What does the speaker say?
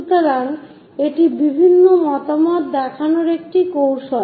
সুতরাং এটি বিভিন্ন মতামত দেখানোর একটি কৌশল